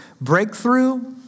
Breakthrough